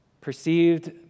perceived